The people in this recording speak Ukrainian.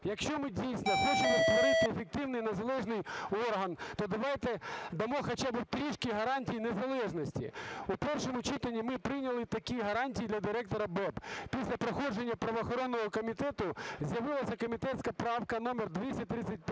Якщо ми дійсно хочемо створити ефективний незалежний орган, то давайте дамо хоча би трішки гарантій незалежності. У першому читанні ми прийняли такі гарантії для директора БЕБ, після проходження правоохоронного комітету з'явилася комітетська правка номер 235,